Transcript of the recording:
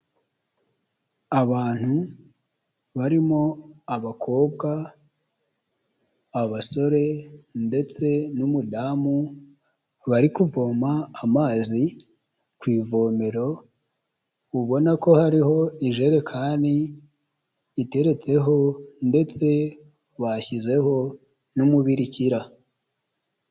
Abantu barimo abakobwa abasore ndetse n'umudamu bari kuvoma amazi ku ivomero ubona ko hariho ijerekani iteretseho ndetse bashyizeho n'umubirikira.